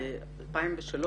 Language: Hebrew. ב-2003,